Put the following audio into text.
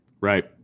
Right